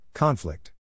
Conflict